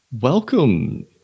Welcome